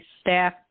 staff